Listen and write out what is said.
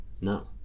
No